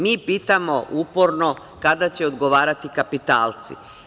Mi pitamo uporno - kada će odgovarati kapitalci?